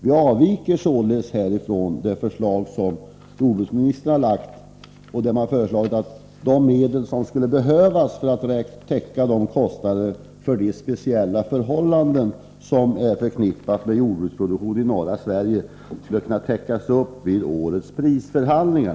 Vi avviker således från det förslag som jordbruksministern har lagt fram, varvid uttalades att behovet av medel för att täcka kostnaderna på grund av de speciella problem som är förknippade med jordbruksproduktion i norra Sverige skulle kunna tillgodoses vid årets prisförhandlingar.